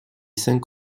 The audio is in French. cinq